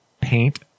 paint